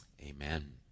Amen